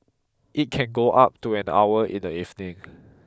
it can go up to an hour in the evening